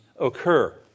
occur